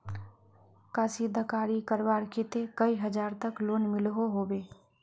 कशीदाकारी करवार केते कई हजार तक लोन मिलोहो होबे?